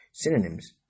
Synonyms